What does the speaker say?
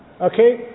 Okay